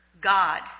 God